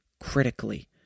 critically